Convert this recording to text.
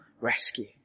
rescue